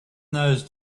those